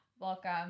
Welcome